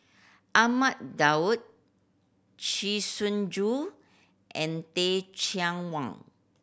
Ahmad Daud Chee Soon Juan and Teh Cheang Wan